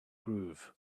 groove